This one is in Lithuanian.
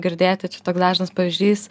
girdėti čia toks dažnas pavyzdys